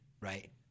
right